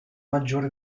maggiore